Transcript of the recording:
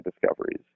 discoveries